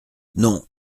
non